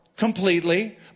Completely